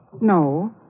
No